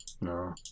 No